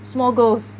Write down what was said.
small girls